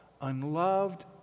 unloved